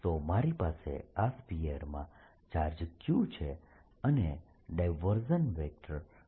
તો મારી પાસે આ સ્ફીયરમાં ચાર્જ Q છે અને